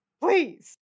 please